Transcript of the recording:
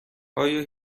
آیا